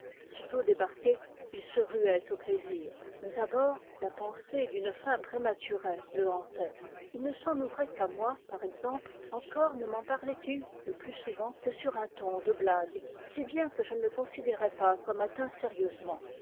sitôt débarqué il se ruait au plaisir mais à bord la pensée d'une fin prématurée le hantait il ne s'en ouvrait qu'à moi par exemplç encore ne m'en parlait-il le plus souvent que sur un ton de blague si bien que je ne le considérais pas comme atteint sérieusement